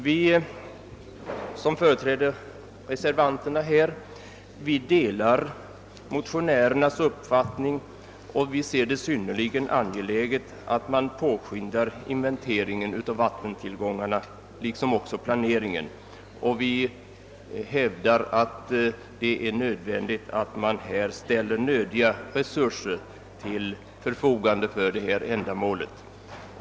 Vi som företräder reservanterna här delar motionärernas uppfattning, och vi finner det synnerligen angeläget att man påskyndar inventeringen av vattentillgångarna liksom också planeringen. Vi hävdar att det är nödvändigt att man ställer erforderliga resurser till förfogande för detta ändamål.